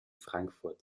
frankfurt